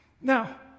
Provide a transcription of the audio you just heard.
Now